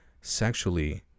sexually